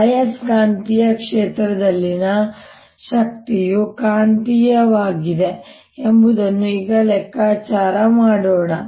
ಆಯಸ್ಕಾಂತೀಯ ಕ್ಷೇತ್ರದಲ್ಲಿನ ಶಕ್ತಿಯು ಕಾಂತೀಯವಾಗಿದೆ ಎಂಬುದನ್ನು ಈಗ ಲೆಕ್ಕಾಚಾರ ಮಾಡೋಣ